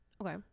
Okay